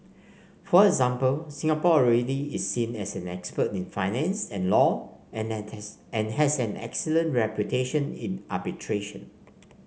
for example Singapore already is seen as an expert in finance and law and and has an excellent reputation in arbitration